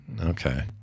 Okay